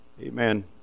Amen